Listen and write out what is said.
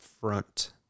front